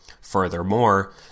Furthermore